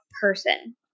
person